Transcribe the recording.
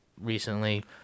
recently